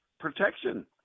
Protection